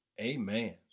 Amen